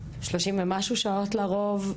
30 ומשהו שעות לרוב,